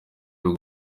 y’u